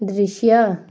दृश्य